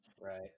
right